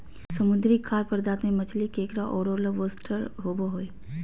समुद्री खाद्य पदार्थ में मछली, केकड़ा औरो लोबस्टर होबो हइ